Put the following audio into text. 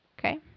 Okay